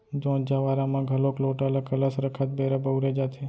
जोत जँवारा म घलोक लोटा ल कलस रखत बेरा बउरे जाथे